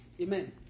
Amen